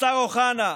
השר אוחנה,